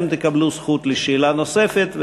אתם תקבלו זכות לשאלה נוספת.